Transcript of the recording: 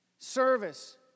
service